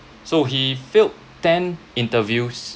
so he failed ten interviews